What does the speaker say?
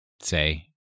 say